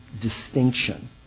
distinction